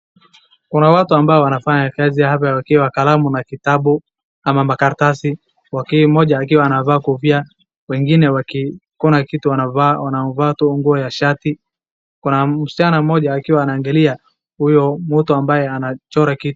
Kuna watu ambao wanafanya kazi ya hapa wakiwa kalamu na kitabu ama makaratasi. Mmoja akiwa amevaa kofia wengine hakuna kitu wanavaa, wanavaa tu nguo ya shati. Kuna msichana mmoja akiwa anaangalia huyo mtu ambaye anachora kitu.